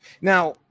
Now